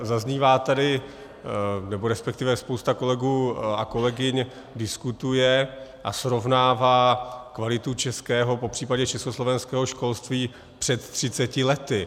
Zaznívá tady, resp. spousta kolegů a kolegyň diskutuje a srovnává kvalitu českého, popř. československého školství před 30 lety.